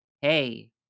hey